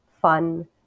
fun